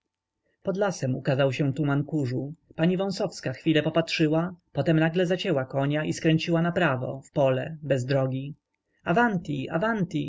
pod lasem ukazał się tuman kurzu pani wąsowska chwilę popatrzyła potem nagle zacięła konia i skręciła naprawo w pole bez drogi avanti avanti